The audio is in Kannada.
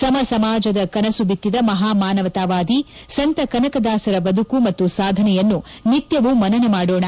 ಸಮ ಸಮಾಜದ ಕನಸು ಬಿತ್ತಿದ ಮಹಾ ಮಾನವತಾವಾದಿ ಸಂತ ಕನಕದಾಸರ ಬದುಕು ಮತ್ತು ಸಾಧನೆಯನ್ನು ನಿತ್ಣವೂ ಮನನ ಮಾಡೋಣ